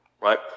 right